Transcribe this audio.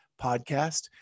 Podcast